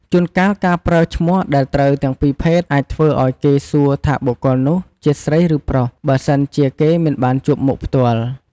ជួនកាលការប្រើឈ្មោះដែលត្រូវទាំងពីរភេទ អាចធ្វើឱ្យគេសួរថាបុគ្គលនោះជាស្រី ឬ ប្រុស បើសិនជាគេមិនបានជួបមុខផ្ទាល់។